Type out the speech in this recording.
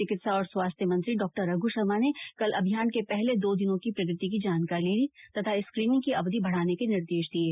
चिकित्सा और स्वास्थ्य मंत्री डॉक्टर रघ् शर्मा ने कल अभियान के पहले दो दिनों की प्रगति की जानकारी ली तथा स्क्रीनिंग की अवधि बढ़ाने के निर्देश दिये